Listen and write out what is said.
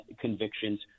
convictions